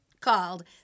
called